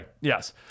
Yes